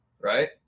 right